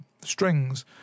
strings